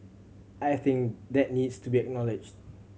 I think that needs to be acknowledged